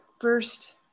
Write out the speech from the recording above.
first